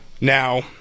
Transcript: Now